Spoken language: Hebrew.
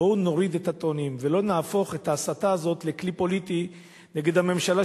בואו נוריד את הטונים ולא נהפוך את ההסתה הזאת לכלי פוליטי נגד הממשלה,